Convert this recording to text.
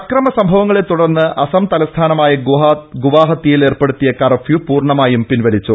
അക്രമ സംഭവ്ങളെ തുടർന്ന് അസം തലസ്ഥാനമായ ഗുവാഹത്തിയിൽ ഏർപ്പെടുത്തിയ കർഫ്യൂ പൂർണ്ണമായും പിൻവലിച്ചു